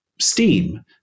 STEAM